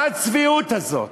מה הצביעות הזאת?